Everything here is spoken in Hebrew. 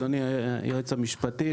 אדוני היועץ המשפטי,